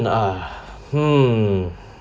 uh hmm